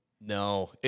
No